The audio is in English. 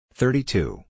thirty-two